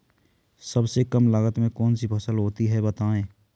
सबसे कम लागत में कौन सी फसल होती है बताएँ?